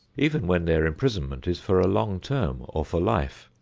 even when their imprisonment is for a long term, or for life.